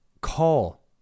call